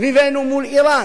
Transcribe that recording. סביבנו מול אירן.